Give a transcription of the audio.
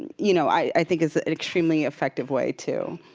you know, i think is an extremely effective way, too.